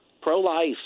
pro-life